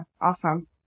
Awesome